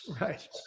Right